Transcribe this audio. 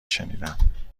شنیدم